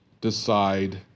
decide